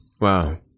Wow